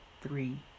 three